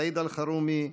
סעיד אלחרומי,